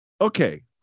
Okay